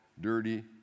dirty